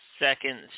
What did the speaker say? Second